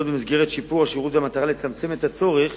במסגרת שיפור השירות ובמטרה לצמצם את הצורך